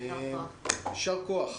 יישר כוח.